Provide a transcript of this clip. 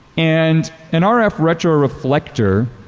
and an ah rf retroreflector,